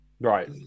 Right